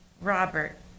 Robert